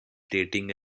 dating